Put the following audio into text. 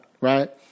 Right